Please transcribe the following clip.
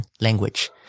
language